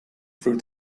through